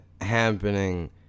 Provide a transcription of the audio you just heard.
happening